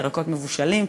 ירקות מבושלים,